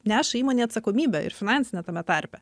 neša įmonei atsakomybę ir finansinę tame tarpe